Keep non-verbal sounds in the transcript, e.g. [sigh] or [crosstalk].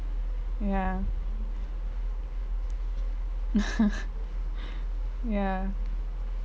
ya [laughs] ya